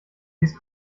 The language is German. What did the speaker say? dies